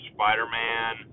Spider-Man